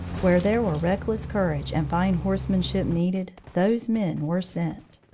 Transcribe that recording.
where there were reckless courage and fine horsemanship needed, those men were sent.